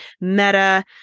Meta